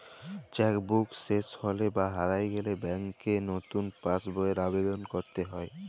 cheque book শেস হৈলে বা হারায় গেলে ব্যাংকে লতুন পাস বইয়ের আবেদল কইরতে হ্যয়